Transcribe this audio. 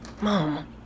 Mom